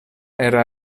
era